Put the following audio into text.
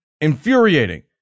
infuriating